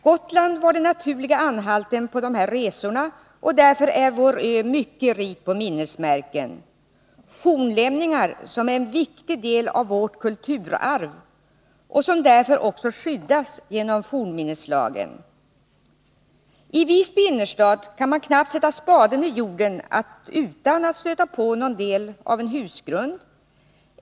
Gotland var den naturliga anhalten på dessa resor, och därför är vår ö mycket rik på minnesmärken, fornlämningar som är en viktig del av vårt kulturarv och som därför också skyddas genom fornminneslagen. I Visby innerstad kan man knappt sätta spaden i jorden utan att stöta på någon del av en husgrund.